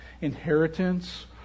inheritance